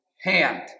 hand